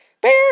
bear